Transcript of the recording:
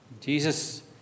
Jesus